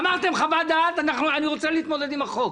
אמרתם חוות דעת אני רוצה להתמודד עם החוק.